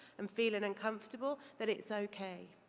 and feeling uncomfortable, that it's okay.